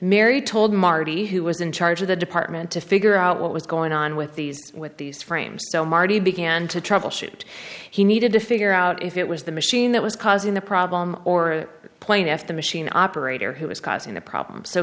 mary told marty who was in charge of the department to figure out what was going on with these with these frames so marty began to troubleshoot he needed to figure out if it was the machine that was causing the problem or the plane if the machine operator who was causing the problem so